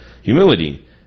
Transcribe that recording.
humility